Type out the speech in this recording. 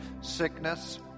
sickness